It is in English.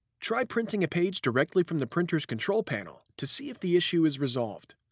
try printing a page directly from the printer's control panel to see if the issue is resolved.